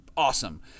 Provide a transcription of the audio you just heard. awesome